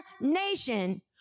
nation